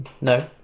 No